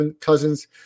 Cousins